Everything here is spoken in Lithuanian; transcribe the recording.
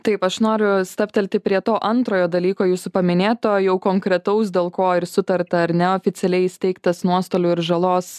taip aš noriu stabtelti prie to antrojo dalyko jūsų paminėto jau konkretaus dėl ko ir sutarta ar ne oficialiai įsteigtas nuostolių ir žalos